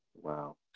Wow